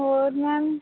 ਹੋਰ ਮੈਮ